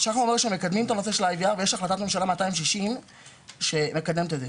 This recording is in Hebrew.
אומר שמקדמים את הנושא של ה-IVR ויש החלטת ממשלה 260 לקדם אותו,